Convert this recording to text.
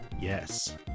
Yes